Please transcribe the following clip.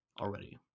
already